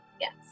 Yes